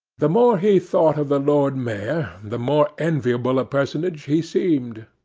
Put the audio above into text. the more he thought of the lord mayor, the more enviable a personage he seemed.